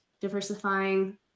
diversifying